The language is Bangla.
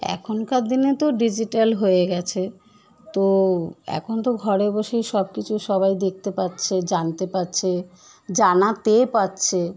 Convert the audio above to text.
এখনকার দিনে তো ডিজিটাল হয়ে গিয়েছে তো এখন তো ঘরে বসেই সব কিছু সবাই দেখতে পাচ্ছে জানতে পারছে জানাতে পারছে